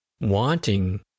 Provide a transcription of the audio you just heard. wanting